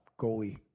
goalie